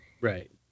Right